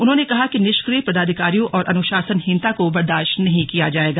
उन्होंने कहा कि निष्क्रिय पदाधिकारियों और अनुशासनहीनता को बर्दाश्त नहीं किया जाएगा